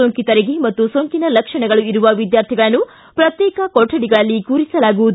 ಸೋಂಕಿತರಿಗೆ ಮತ್ತು ಸೋಂಕಿನ ಲಕ್ಷಣಗಳು ಇರುವ ವಿದ್ಯಾರ್ಥಿಗಳನ್ನು ಪ್ರತ್ಯೇಕ ಕೊಠಡಿಗಳಲ್ಲಿ ಕೂರಿಸಲಾಗುವುದು